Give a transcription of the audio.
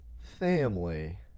Family